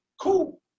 Cool